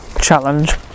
challenge